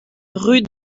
rue